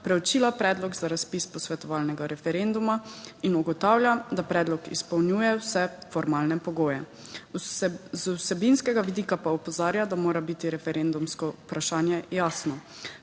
preučila predlog za razpis posvetovalnega referenduma in ugotavlja, da predlog izpolnjuje vse formalne pogoje, z vsebinskega vidika pa opozarja, da mora biti referendumsko vprašanje jasno